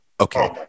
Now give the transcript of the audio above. Okay